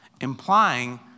implying